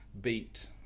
beat